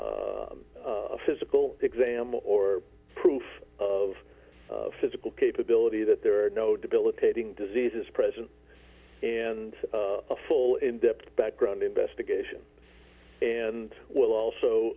a physical exam or proof of physical capability that there are no debilitating diseases present and a full in depth background investigation and will also